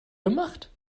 gemacht